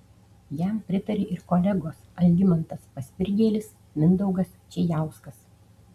jam pritarė ir kolegos algimantas paspirgėlis mindaugas čėjauskas